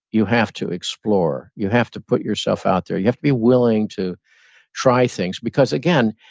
you have to explore, you have to put yourself out there, you have to be willing to try things. because again,